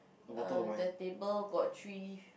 err the table got three